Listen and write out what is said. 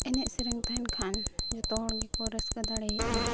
ᱮᱱᱮᱡᱼᱥᱮᱨᱮᱧ ᱛᱟᱦᱮᱱ ᱠᱷᱟᱱ ᱡᱚᱛᱚ ᱦᱚᱲ ᱜᱮᱠᱚ ᱨᱟᱹᱥᱠᱟᱹ ᱫᱟᱲᱮᱭᱟᱜᱼᱟ